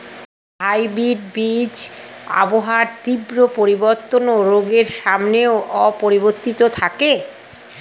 hybrid বীজ আবহাওয়ার তীব্র পরিবর্তন ও রোগের সামনেও অপরিবর্তিত থাকে